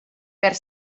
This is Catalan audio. per